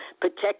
protect